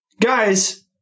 guys